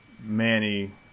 Manny